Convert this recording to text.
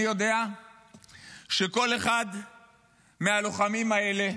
אני יודע שכל אחד מהלוחמים האלה,